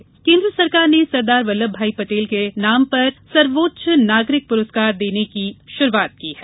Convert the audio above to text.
सरदार पटेल केन्द्र सरकार ने सरदार वल्लभ भाई पटेल के नाम पर सर्वोच्च नागरिक पुरस्कार देने की शुरूआत की है